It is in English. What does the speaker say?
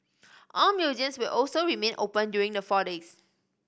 all museums will also remain open during the four days